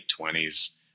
20s